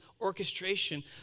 orchestration